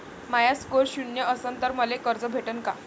माया score शून्य असन तर मले कर्ज भेटन का?